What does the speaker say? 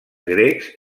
grecs